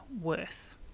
worse